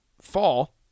fall